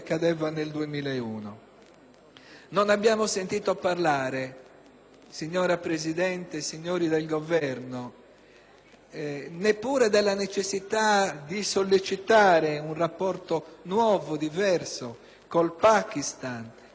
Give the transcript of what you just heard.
Non abbiamo sentito parlare, signora Presidente e signori del Governo, neppure della necessità di sollecitare un rapporto nuovo e diverso col Pakistan, con l'Iran, con la Russia,